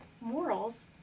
morals